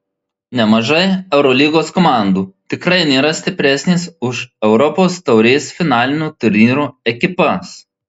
nemažai eurolygos komandų tikrai nėra stipresnės už europos taurės finalinio turnyro ekipas